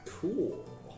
cool